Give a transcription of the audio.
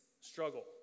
struggle